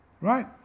Right